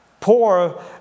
Poor